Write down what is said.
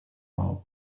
mob